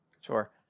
Sure